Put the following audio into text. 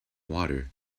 water